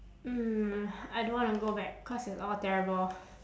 mm I don't wanna go back cause it's all terrible